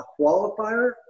qualifier